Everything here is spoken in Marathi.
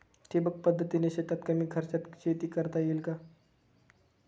ठिबक पद्धतीने शेतात कमी खर्चात शेती करता येईल का?